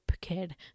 kid